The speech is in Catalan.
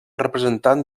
representant